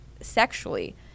sexually